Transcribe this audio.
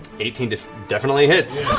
eighteen definitely hits.